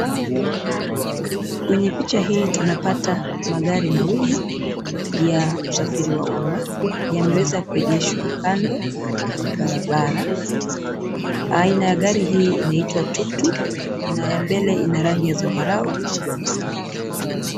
Kwenye picha hii tunapata magari mawili, ya usafiri wa umma, yameweza kuegeshwa kando ya barabara, aina ya gari hii inaitwa Tuk Tuk ,na ya mbele ina rangi ya zambarau na nyeusi.